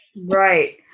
Right